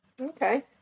Okay